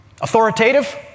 authoritative